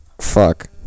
fuck